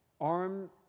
armed